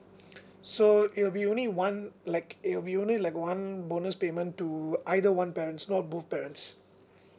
so it will be only one like it will be only like one bonus payment to either one parents not both parents